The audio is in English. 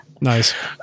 Nice